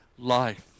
Life